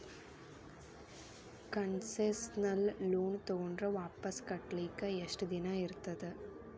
Concessional loan ತಗೊಂಡ್ರ್ ವಾಪಸ್ ಕಟ್ಲಿಕ್ಕೆ ಯೆಷ್ಟ್ ದಿನಾ ಇರ್ತದ?